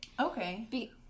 Okay